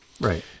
Right